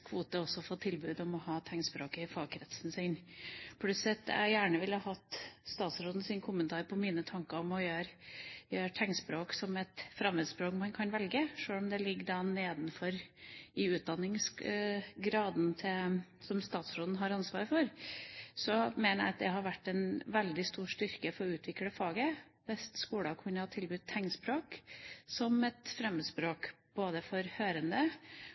også få tilbud om å ha tegnspråk i fagkretsen. Jeg skulle gjerne hatt statsrådens kommentar til mine tanker om å gjøre tegnspråk til et fremmedspråk man kan velge. Sjøl om det ligger nedenfor utdanningsgraden som statsråden har ansvar for, mener jeg det hadde vært en veldig stor styrke for å utvikle faget hvis skoler kunne tilbudt tegnspråk som et fremmedspråk både for hørende